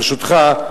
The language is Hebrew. ברשותך,